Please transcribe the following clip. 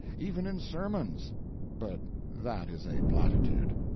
even in sermons but that is a platitude.